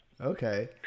Okay